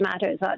matters